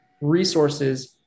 resources